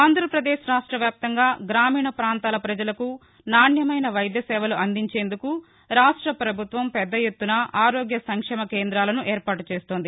ఆంధ్రాపదేశ్ రాష్ట్రవ్యాప్తంగా గ్రామీణ పాంతాల పజలకు నాణ్యమైన వైద్యసేవలు అందించేందుకు రాష్ట్రపభుత్వం పెద్దఎత్తున ఆరోగ్య సంక్షేమ కేందాలను ఏర్పాటు చేస్తోంది